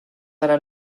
einer